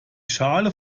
schale